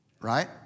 right